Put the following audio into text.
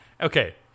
Okay